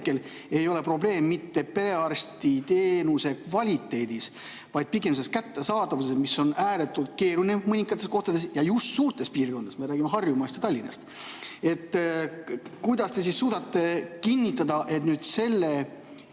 ei ole probleem mitte perearstiteenuse kvaliteedis, vaid pigem kättesaadavuses, mis on ääretult keeruline mõningates kohtades, ja just suurtes piirkondades, me räägime Harjumaast ja Tallinnast. Kas te suudate kinnitada, et selle